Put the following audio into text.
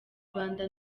rwanda